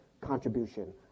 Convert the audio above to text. contribution